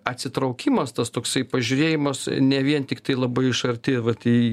atsitraukimas tas toksai pažiūrėjimas ne vien tiktai labai iš arti vat į